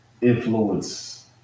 influence